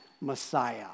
Messiah